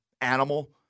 animal